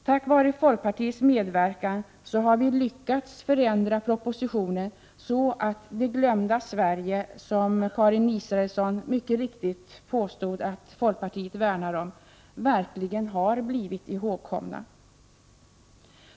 Tack vare folkpartiet har propositionen förändrats så att det glömda Sverige, som Karin Israelsson så riktigt påstod att folkpartiet värnar, verkligen har blivit ihågkommet.